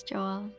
Joel